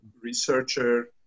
researcher